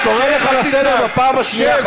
אני קורא אותך לסדר בפעם השנייה,